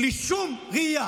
בלי שום ראייה